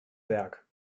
werk